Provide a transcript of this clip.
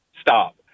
stop